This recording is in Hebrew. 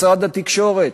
משרד התקשורת,